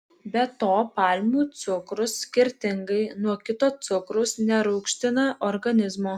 be to palmių cukrus skirtingai nuo kito cukraus nerūgština organizmo